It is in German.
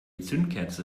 zündkerze